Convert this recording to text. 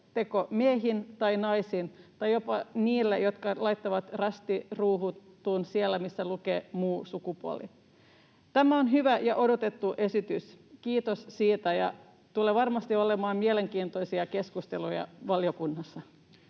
teko miehiin vai naisiin vai jopa niihin, jotka laittavat rastin ruutuun sinne, missä lukee: muu sukupuoli. Tämä on hyvä ja odotettu esitys — kiitos siitä — ja valiokunnassa tulee varmasti olemaan mielenkiintoisia keskusteluja.